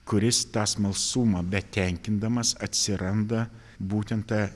kuris tą smalsumą betenkindamas atsiranda būtent ta